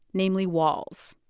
namely walls.